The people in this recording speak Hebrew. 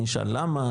נשאל למה,